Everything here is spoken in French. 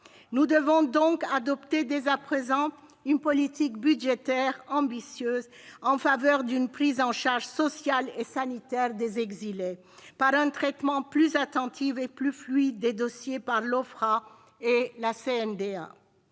Nous devons donc adopter dès à présent une politique budgétaire ambitieuse en faveur d'une prise en charge sociale et sanitaire des exilés, par un traitement plus attentif et plus fluide des dossiers par l'OFPRA et la CNDA,